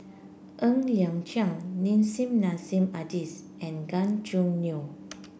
Ng Liang Chiang Nissim Nassim Adis and Gan Choo Neo